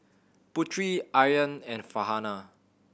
Putri Aryan and Farhanah